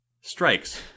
Strikes